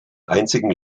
einzigen